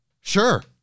Sure